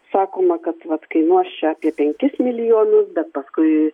sakoma kad vat kainuos čia apie penkis milijonus bet paskui